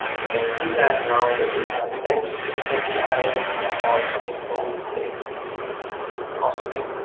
you can see that now the data, the ten uses that we added they are all coming from the database awesome right?